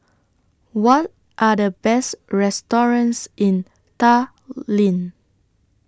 What Are The Best restaurants in Tallinn